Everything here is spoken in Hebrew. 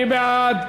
מי בעד?